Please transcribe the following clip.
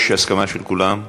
יש הסכמה של כולם?